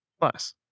plus